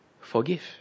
forgive